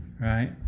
right